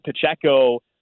Pacheco